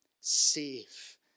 Safe